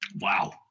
Wow